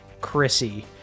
Chrissy